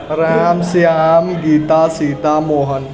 Ram Shyam Gita Sita Mohan